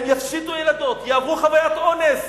הם יפשיטו ילדות, הן יעברו חוויית אונס,